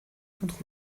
contre